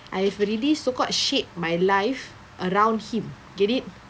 I've already so called shaped my life around him get it